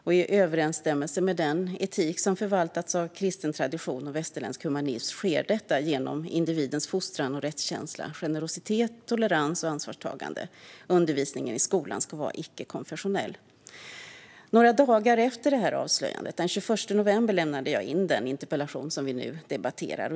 I överensstämmelse med den etik som förvaltats av kristen tradition och västerländsk humanism sker detta genom individens fostran till rättskänsla, generositet, tolerans och ansvarstagande. Undervisningen i skolan ska vara icke-konfessionell." Några dagar efter det här avslöjandet, den 21 november, lämnade jag in den interpellation som vi nu debatterar.